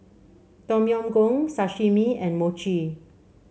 Tom Yam Goong Sashimi and Mochi